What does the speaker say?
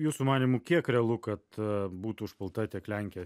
jūsų manymu kiek realu kad būtų užpulta tiek lenkija